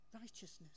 righteousness